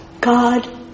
God